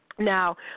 Now